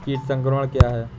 कीट संक्रमण क्या है?